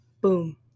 Boom